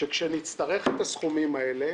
שכאשר נצטרך את הסכומים האלה,